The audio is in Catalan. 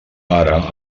ara